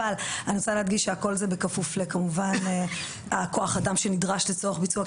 אבל אני רוצה להדגיש שהכול זה בכפוף כמובן לכוח האדם שנדרש לצורך ביצוע,